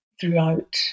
throughout